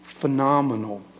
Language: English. phenomenal